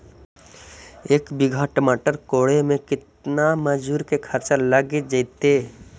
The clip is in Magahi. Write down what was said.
एक बिघा टमाटर कोड़े मे केतना मजुर के खर्चा लग जितै?